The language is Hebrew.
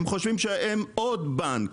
הם חודשים שהם עוד בנק.